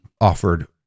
offered